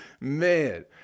Man